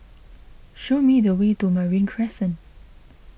show me the way to Marine Crescent